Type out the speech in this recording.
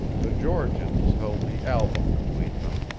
the georgians held the album between them,